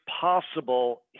possible